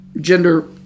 gender